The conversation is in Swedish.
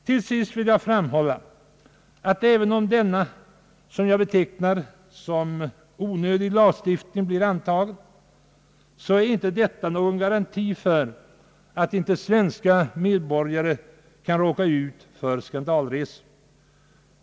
Till sist vill jag framhålla att även om denna lagstiftning, som jag betraktar som onödig, blir antagen, är detta inte någon garanti för att inte svenska medborgare kan råka ut för skandalresor.